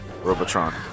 Robotron